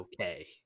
okay